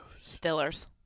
Stiller's